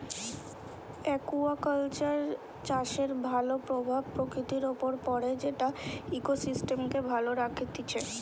aquaculture চাষের ভাল প্রভাব প্রকৃতির উপর পড়ে যেটা ইকোসিস্টেমকে ভালো রাখতিছে